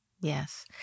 Yes